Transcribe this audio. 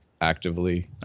actively